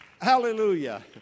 Hallelujah